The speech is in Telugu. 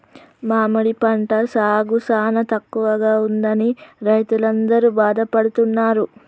మామిడి పంట సాగు సానా తక్కువగా ఉన్నదని రైతులందరూ బాధపడుతున్నారు